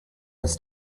this